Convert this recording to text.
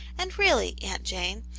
and really. aunt jane,